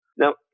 Now